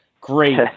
great